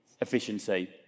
efficiency